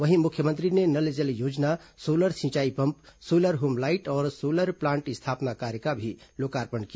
वहीं मुख्यमंत्री ने नल जल योजना सोलर सिंचाई पम्प सोलर होम लाईट और सोलर प्लांट स्थापना कार्य का भी लोकार्पण किया